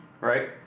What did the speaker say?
right